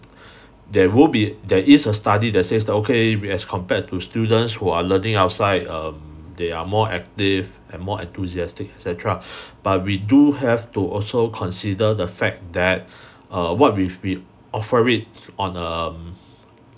there will be there is a study that says that okay we as compared to students who are learning outside um they are more active and more enthusiastic et cetera but we do have to also consider the fact that uh what we we offer it on um